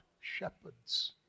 shepherds